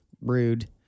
rude